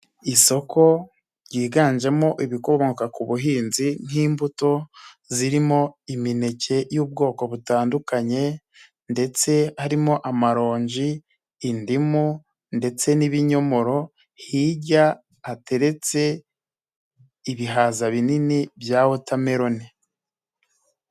Isoko ryiganjemo ibikomoka ku buhinzi nk'imbuto, zirimo imineke y'ubwoko butandukanye ndetse harimo amaronji, indimu ndetse n'ibinyomoro, hirya hateretse ibihaza binini bya wotameroni.